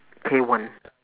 K one